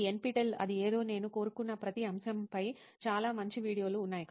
ఈ NPTEL అది ఏదో నేను కోరుకున్న ప్రతి అంశంపై చాలా మంచి వీడియోలు ఉన్నాయి